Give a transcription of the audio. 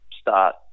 start